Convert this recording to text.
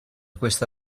questa